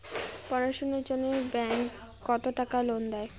পড়াশুনার জন্যে ব্যাংক কত টাকা লোন দেয়?